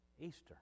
Easter